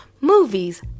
movies